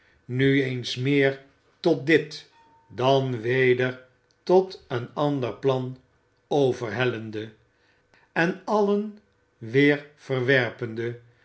nu eens meer tot dit dan weder tot een ander plan overhellende en allen weer verwerpende